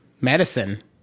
medicine